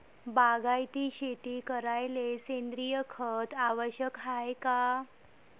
बागायती शेती करायले सेंद्रिय खत आवश्यक हाये का?